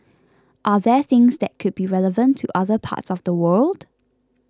are there things that could be relevant to other parts of the world